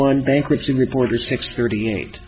one bankruptcy reporter six thirty eight